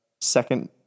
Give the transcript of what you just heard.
second